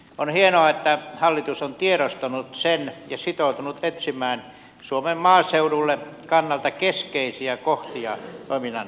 on hienoa että hallitus on tiedostanut sen ja sitoutunut etsimään suomen maaseudun kannalta keskeisiä kohtia toiminnan edistämiseksi